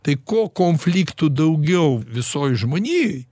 tai kuo konfliktų daugiau visoj žmonijoj